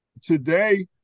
today